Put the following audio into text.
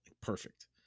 Perfect